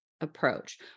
approach